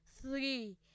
three